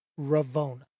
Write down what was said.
Ravona